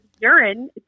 urine